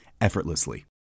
effortlessly